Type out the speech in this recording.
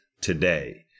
today